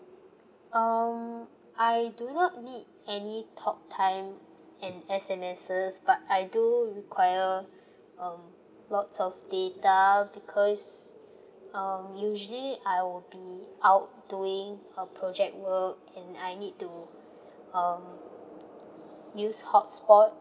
um I do not need any talk time and S_M_Ses but I do require um lots of data because um usually I will be out doing a project work and I need to um use hotspot